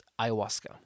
ayahuasca